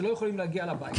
שלא יכולים להגיע לבית,